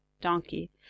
donkey